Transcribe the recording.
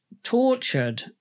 tortured